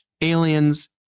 Aliens